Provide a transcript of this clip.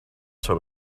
sort